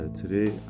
today